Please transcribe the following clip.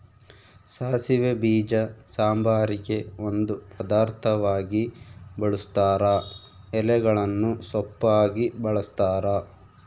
ಸಾಸಿವೆ ಬೀಜ ಸಾಂಬಾರಿಗೆ ಒಂದು ಪದಾರ್ಥವಾಗಿ ಬಳುಸ್ತಾರ ಎಲೆಗಳನ್ನು ಸೊಪ್ಪಾಗಿ ಬಳಸ್ತಾರ